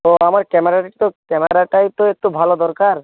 ও আমার ক্যামেরাটা তো ক্যামেরাটাই তো একটু ভালো দরকার